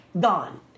gone